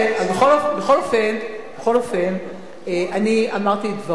אבל בכל אופן, אני אמרתי את דברי.